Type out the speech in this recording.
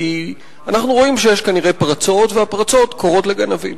כי אנחנו רואים שיש כנראה פרצות והפרצות קוראות לגנבים.